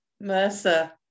Mercer